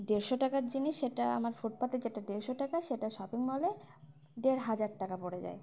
দেড়শো টাকার জিনিস সেটা আমার ফুটপাথে যেটা দেড়শো টাকা সেটা শপিং মলে দেড় হাজার টাকা পড়ে যায়